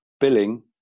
billing